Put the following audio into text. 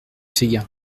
séguin